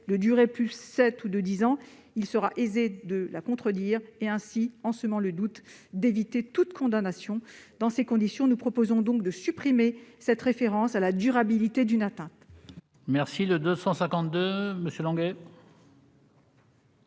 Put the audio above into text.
de sept ans ou de dix ans, il sera aisé de la contredire et, ainsi, en semant le doute, d'éviter toute condamnation. Dans ces conditions, nous proposons de supprimer cette référence à la durabilité d'une atteinte. L'amendement